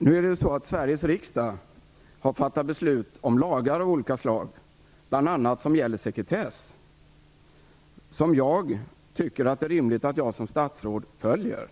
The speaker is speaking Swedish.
Fru talman! Sveriges riksdag har fattat beslut om lagar av olika slag, bl.a. gällande sekretess, som jag tycker att det är rimligt att jag som statsråd följer.